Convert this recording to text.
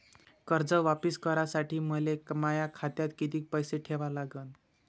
कर्ज वापिस करासाठी मले माया खात्यात कितीक पैसे ठेवा लागन?